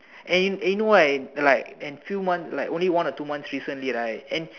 and and you know right like and few month only one or two month recently right